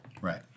Right